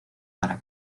para